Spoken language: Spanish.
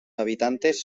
habitantes